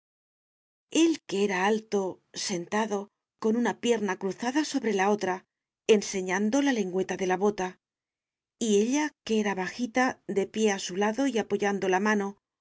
que era alto sentado con una pierna cruzada sobre la otra enseñando la lengüeta de la bota y ella que era bajita de pie a su lado y apoyando la mano